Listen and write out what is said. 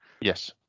Yes